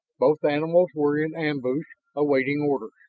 both animals were in ambush, awaiting orders.